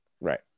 Right